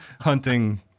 hunting